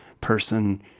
person